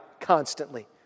constantly